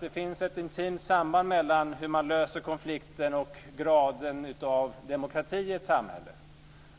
Det finns nämligen ett intimt samband mellan hur man löser konflikter och graden av demokrati i ett samhälle.